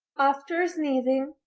after sneezing,